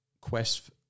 quest